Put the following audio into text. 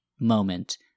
moment